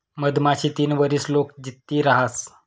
मधमाशी तीन वरीस लोग जित्ती रहास